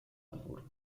dwór